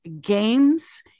games